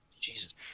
Jesus